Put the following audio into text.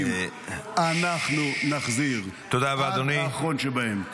אנחנו נחזיר עד האחרון שבהם.